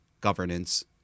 Governance